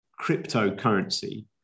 cryptocurrency